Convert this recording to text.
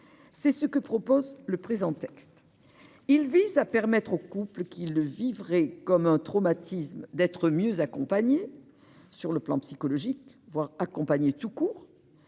C'est ce que tend à prévoir le présent texte, qui vise à permettre aux couples qui le vivraient comme un traumatisme d'être mieux accompagnés sur le plan psychologique, voire accompagnés tout court.